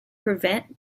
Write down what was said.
prevent